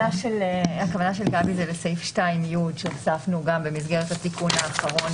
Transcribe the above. הכוונה של גבי זה בסעיף 2(י) שהוספנו גם במסגרת התיקון האחרון